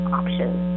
options